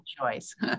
choice